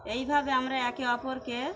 এইভাবে আমরা একে অপরকে